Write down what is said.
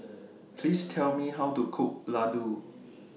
Please Tell Me How to Cook Ladoo